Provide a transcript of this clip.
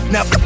Now